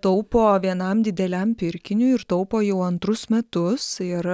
taupo vienam dideliam pirkiniui ir taupo jau antrus metus ir